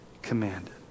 Commanded